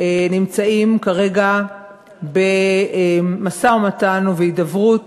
נמצאים כרגע במשא-ומתן ובהידברות